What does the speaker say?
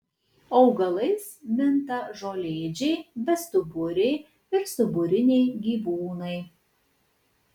augalais minta žolėdžiai bestuburiai ir stuburiniai gyvūnai